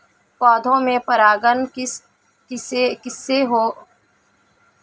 पौधों में परागण किस किससे हो सकता है?